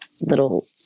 little